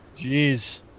Jeez